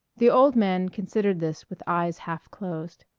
the old man considered this with eyes half closed.